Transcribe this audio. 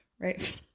right